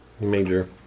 major